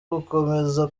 gukomeza